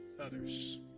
others